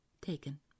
taken